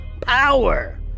Power